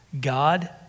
God